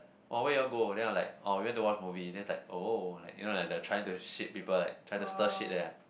oh where you all go then I'm like oh we went to watch movie then she was like oh like you know the trying to shit people like trying to stir shit that kind